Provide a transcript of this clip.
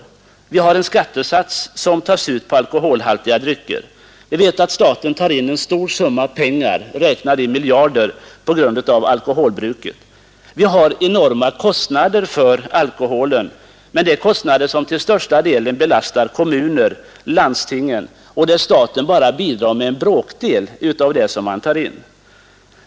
För närvarande tas det ut en skattesats på alkoholhaltiga drycker och vi vet att staten tar in en stor summa pengar — den kan räknas i miljarder — på grund av alkoholbruket. Vi har enorma kostnader på grund av alkoholen, men de belastar till största delen kommunerna och landstingen, och staten bidrar bara med en bråkdel av det som tas in.